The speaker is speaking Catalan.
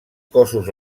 cossos